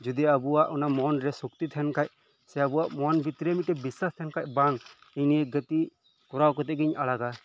ᱡᱩᱫᱤ ᱟᱵᱚᱣᱟᱜ ᱚᱱᱟ ᱢᱚᱱ ᱨᱮ ᱥᱚᱠᱛᱤ ᱛᱟᱦᱮᱱ ᱠᱷᱟᱱ ᱥᱮ ᱟᱵᱚᱣᱟᱜ ᱢᱚᱱ ᱵᱷᱤᱛᱨᱤ ᱢᱤᱫ ᱴᱤᱱ ᱵᱤᱥᱥᱟᱹᱥ ᱛᱟᱦᱮᱱ ᱠᱷᱟᱱ ᱵᱟᱝ ᱤᱧ ᱱᱤᱭᱟᱹ ᱜᱟᱛᱮᱜ ᱠᱚᱨᱟᱣ ᱠᱟᱛᱮᱫ ᱜᱮᱧ ᱟᱲᱟᱜᱟ